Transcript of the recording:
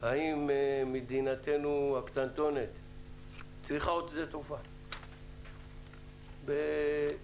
האם מדינתנו הקטנטונת צריכה עוד שדה תעופה בתקופה